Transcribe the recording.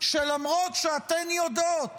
שלמרות שאתן יודעות